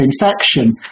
infection